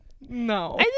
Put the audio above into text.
no